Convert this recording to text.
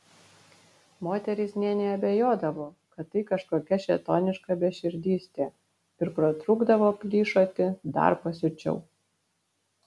moterys nė neabejodavo kad tai kažkokia šėtoniška beširdystė ir pratrūkdavo plyšoti dar pasiučiau